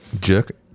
jerk